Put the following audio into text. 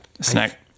Snack